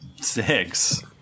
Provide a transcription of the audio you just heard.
Six